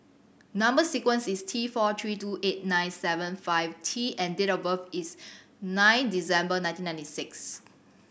number sequence is T four three two eight nine seven five T and date of birth is nine December nineteen ninety six